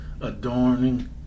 adorning